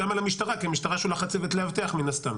גם למשטרה כי המשטרה שולחת צוות לאבטח מן הסתם.